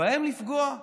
בהם לפגוע?